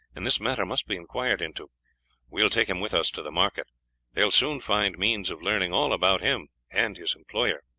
and this matter must be inquired into. we will take him with us to the market they will soon find means of learning all about him and his employer.